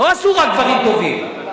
לא עשו רק דברים טובים.